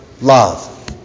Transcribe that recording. love